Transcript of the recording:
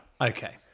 Okay